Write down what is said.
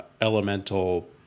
elemental